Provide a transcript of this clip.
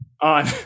on